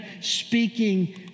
speaking